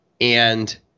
and-